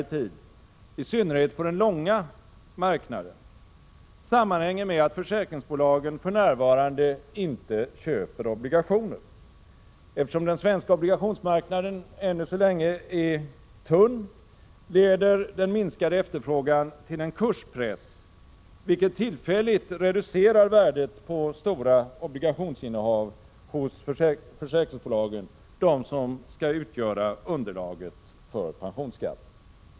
dy Ouen smo tid, i synnerhet på den ”långa marknaden”, sammanhänger med att försäkringsbolagen för närvarande inte köper obligationer. Eftersom den svenska obligationsmarknaden ännu så länge är tunn, leder den minskade efterfrågan till en kurspress, vilket tillfälligt reducerar värdet på de stora obligationsinnehav hos försäkringsbolagen som skall utgöra underlaget för pensionsskatten.